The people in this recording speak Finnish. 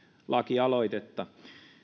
lakialoitetta